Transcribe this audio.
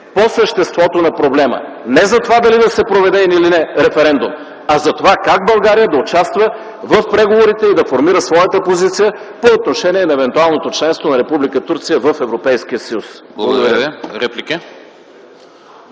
по съществото на проблема – не за това дали да се проведе или не референдум, а за това как България да участва в преговорите и да формира своята позиция по отношение на евентуалното членство на Република Турция в Европейския съюз. Благодаря.